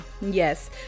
Yes